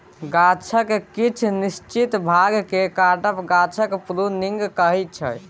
गाछक किछ निश्चित भाग केँ काटब गाछक प्रुनिंग कहाइ छै